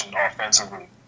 offensively